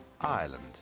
Ireland